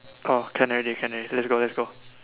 orh can already can already let's go let's go